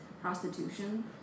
prostitution